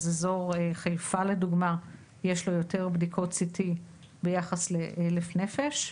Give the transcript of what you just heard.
באזור חיפה לדוגמה יש יותר בדיקות CT ביחס ל-1,000 נפש.